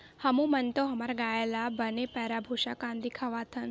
हमू मन तो हमर गाय ल बने पैरा, भूसा, कांदी खवाथन